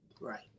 Right